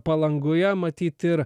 palangoje matyt ir